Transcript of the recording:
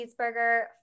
cheeseburger